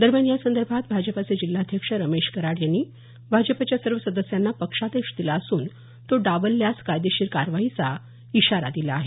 दरम्यान यासंदर्भात भाजपाचे जिल्हाध्यक्ष रमेश कराड यांनी भाजपाच्या सर्व सदस्यांना पक्षादेश दिला असून तो डावल्यास कायदेशीर कारवाईचा इशारा दिला आहे